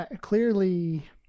clearly